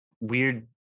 weird